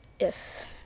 yes